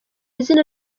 izina